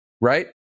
right